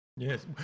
Yes